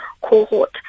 cohort